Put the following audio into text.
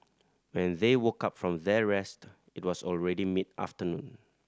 when they woke up from their rest it was already mid afternoon